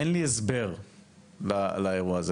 אין לי הסבר לאירוע הזה,